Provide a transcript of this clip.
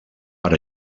per